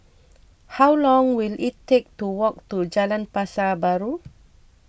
how long will it take to walk to Jalan Pasar Baru